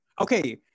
Okay